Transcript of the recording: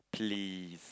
please